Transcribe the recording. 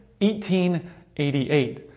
1888